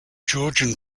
georgian